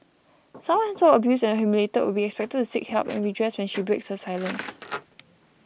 someone so abused and humiliated would be expected to seek help and redress when she breaks her silence